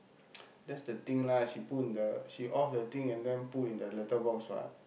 that's the thing lah she put in the she off the thing and then put in the letter box what